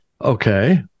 okay